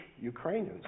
ukrainians